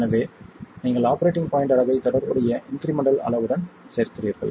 எனவே நீங்கள் operating point அளவை தொடர்புடைய இன்க்ரிமெண்ட்டல் அளவுடன் சேர்க்கிறீர்கள்